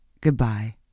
Goodbye